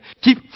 Keep